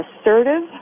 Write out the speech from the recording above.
assertive